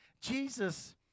Jesus